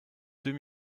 deux